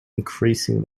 increasing